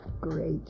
great